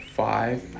five